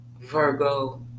Virgo